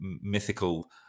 mythical